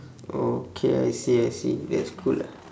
okay I see I see that's cool ah